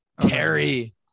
Terry